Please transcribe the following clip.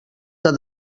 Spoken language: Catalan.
del